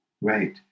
right